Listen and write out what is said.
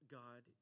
god